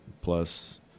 plus